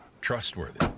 trustworthy